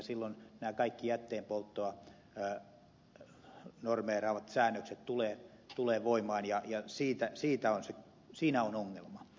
silloin nämä kaikki jätteenpolttoa normeeraavat säännökset tulevat voimaan ja siinä on ongelma